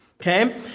okay